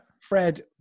Fred